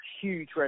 huge